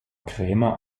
krämer